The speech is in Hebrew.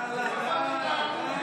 אולי תתאמו ביניכם.